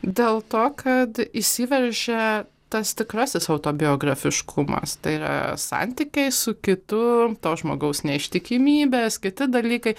dėl to kad išsiveržia tas tikrasis autobiografiškumas tai yra santykiai su kitu to žmogaus neištikimybės kiti dalykai